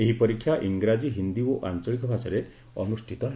ଏହି ପରୀକ୍ଷା ଇଂରାକୀ ହିନ୍ଦୀ ଓ ଆଞ୍ଚଳିକ ଭାଷାରେ ଅନୁଷ୍ଠିତ ହେବ